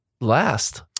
last